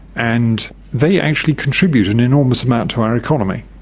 and they actually contribute an enormous amount to our economy.